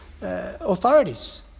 authorities